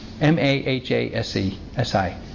M-A-H-A-S-E-S-I